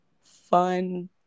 fun